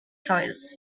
soils